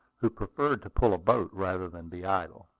who preferred to pull a boat rather than be idle.